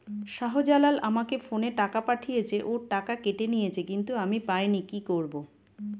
শাহ্জালাল আমাকে ফোনে টাকা পাঠিয়েছে, ওর টাকা কেটে নিয়েছে কিন্তু আমি পাইনি, কি করব?